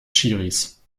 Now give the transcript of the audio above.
schiris